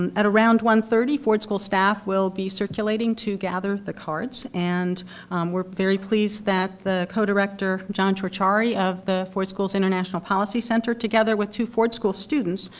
um at around one thirty, ford school staff will be circulating to gather the cards, and we're very pleased that the codirect or, john ciorciari of the ford school's international policy center, together with two ford school students,